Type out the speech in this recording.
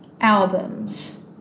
albums